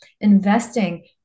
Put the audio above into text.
investing